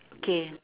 K